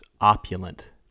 opulent